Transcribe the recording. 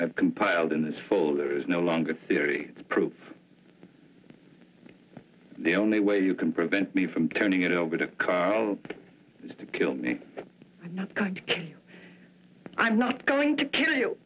i've compiled in this fall there is no longer theory it's proof the only way you can prevent me from turning it over to is to kill me i'm not going to kill